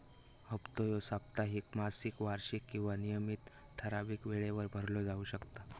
हप्तो ह्यो साप्ताहिक, मासिक, वार्षिक किंवा नियमित ठरावीक वेळेवर भरलो जाउ शकता